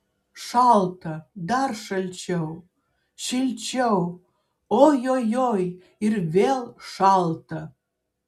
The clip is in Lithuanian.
šalta dar šalčiau šilčiau ojojoi ir vėl šalta